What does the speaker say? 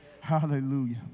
Hallelujah